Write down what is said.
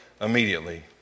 immediately